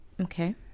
Okay